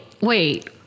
wait